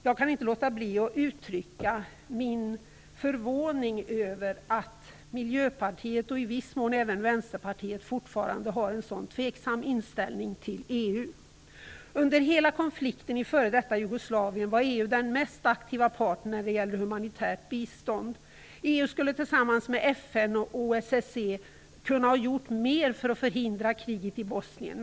Jag kan inte låta bli att uttrycka min förvåning över att Miljöpartiet och i viss mån även Vänsterpartiet fortfarande har en så tveksam inställning till Under hela konflikten i f.d. Jugoslavien var EU den mest aktiva parten när det gällde humanitärt bistånd. EU skulle tillsammans med FN och OSSE kunnat ha gjort mer för att förhindra kriget i Bosnien.